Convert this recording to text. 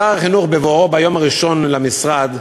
שר החינוך, בבואו ביום הראשון למשרד,